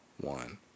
One